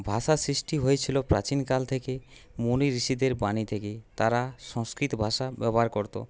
ভাষা সৃষ্টি হয়েছিলো প্রাচীনকাল থেকে মনি ঋষিদের বাণী থেকে তারা সংস্কৃত ভাষা ব্যবহার করতো